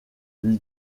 lui